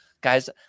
guys